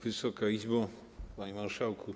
Wysoka Izbo! Panie Marszałku!